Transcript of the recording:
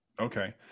Okay